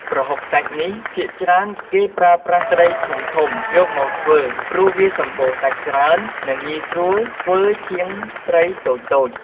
ប្រហុកសាច់នេះ ភាគច្រើនគេប្រើប្រាស់ត្រីធំៗយកមកធ្វើព្រោះវាសម្បូរសាច់ច្រើននិងងាយស្រួលធ្វើជាងត្រីតូចៗ។